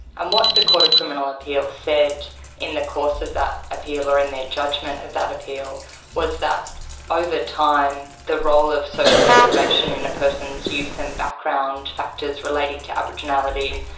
and what the court of criminal appeal said in the course of that appeal or in their judgement at that appeal was that over time the role of social deprivation in a person's youth and background, factors relating to aboriginality,